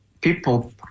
people